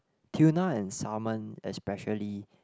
tuna and salmon especially